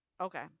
Okay